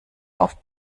auf